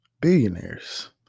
billionaires